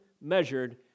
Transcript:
measured